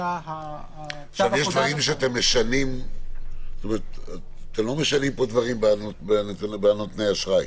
לא משנים פה דברים בנותני האשראי,